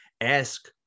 ask